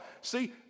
see